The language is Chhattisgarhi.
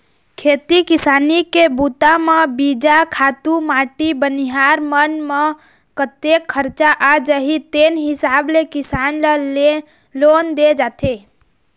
खेती किसानी के बूता म बीजा, खातू माटी बनिहार मन म कतेक खरचा आ जाही तेन हिसाब ले किसान ल लोन दे जाथे